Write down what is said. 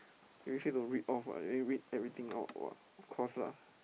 you say don't read off what then you read everything off of course lah